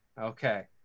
Okay